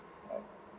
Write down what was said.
oh